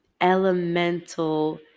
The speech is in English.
elemental